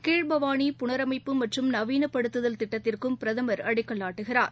கீழ்பவாளி புனரமைப்பு மற்றும் நவீனப்படுத்துதல் திட்டத்திற்கும் பிரதமர் அடிக்கல் நாட்டுகிறார்